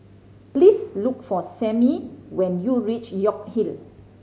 please look for Sammy when you reach York Hill